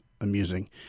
amusing